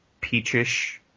peachish